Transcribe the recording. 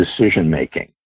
decision-making